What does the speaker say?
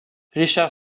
richard